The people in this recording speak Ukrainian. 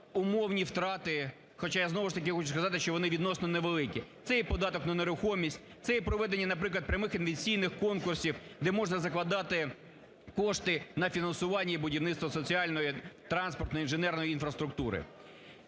умовні втрати. Хоча я, знову ж таки, хочу сказати, що вони відносно невеликі. Це і податок на нерухомість, це і проведення, наприклад, прямих інвестиційних конкурсів, де можна закладати кошти на фінансування і будівництво соціальної, транспортної, інженерної інфраструктури.